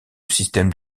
système